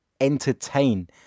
entertain